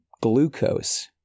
glucose